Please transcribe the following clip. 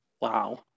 Wow